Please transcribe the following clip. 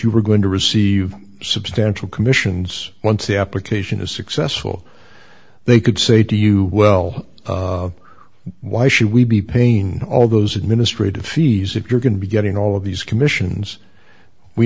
you were going to receive substantial commissions once the application is successful they could say to you well why should we be pain all those administrative fees if you're going to be getting all of these commissions we